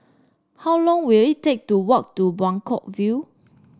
how long will it take to walk to Buangkok View